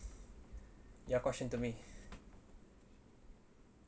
your question to me